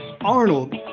Arnold